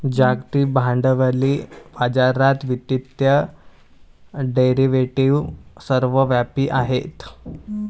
जागतिक भांडवली बाजारात वित्तीय डेरिव्हेटिव्ह सर्वव्यापी आहेत